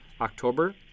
october